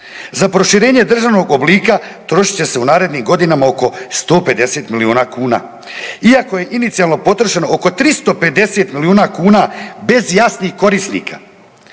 Za proširenje državnog oblika trošit će se u narednim godinama oko 150 milijuna kuna, iako je inicijalno potrošeno oko 350 milijuna kuna bez jasnih korisnika,